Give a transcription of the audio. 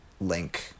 link